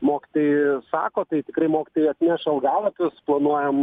mokytojai sako tai tikrai mokytojai atneš algalapius planuojam